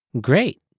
Great